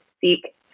seek